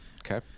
Okay